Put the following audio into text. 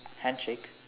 handshake